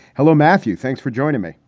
hello, matthew. thanks for joining me.